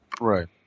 Right